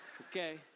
Okay